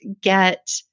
get